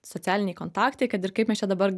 socialiniai kontaktai kad ir kaip mes čia dabar